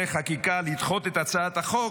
אף אחד לא יכול להגיד שאני גזען או שאני נגד הערבים.